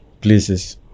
places